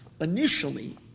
initially